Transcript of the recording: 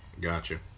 Gotcha